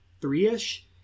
three-ish